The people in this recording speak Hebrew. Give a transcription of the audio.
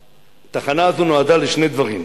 שהתחנה הזאת נועדה לשני דברים: